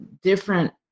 different